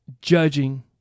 judging